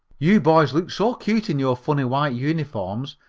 you boys look so cute in your funny white uniforms,